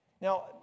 Now